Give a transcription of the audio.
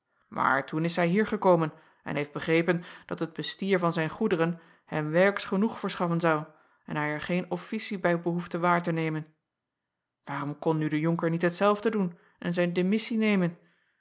maar toen is hij hier gekomen en heeft begrepen dat het bestier van zijn goederen hem werks genoeg verschaffen zou en hij er geen officie bij behoefde waar te nemen aarom kon nu de onker niet hetzelfde doen en zijn demissie nemen